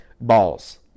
Balls